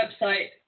website